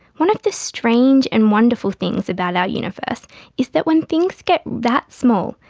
one of the strange and wonderful things about our universe is that when things get that small,